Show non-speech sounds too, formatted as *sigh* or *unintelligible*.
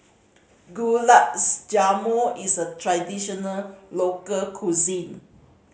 *unintelligible* Jamun is a traditional local cuisine